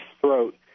throat